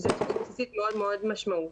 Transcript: שזאת זכות בסיסית מאוד מאוד משמעותית.